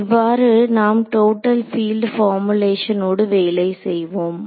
இவ்வாறு நாம் total field பார்முலேஷனோடு வேலை செய்வோம்